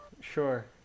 Sure